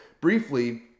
briefly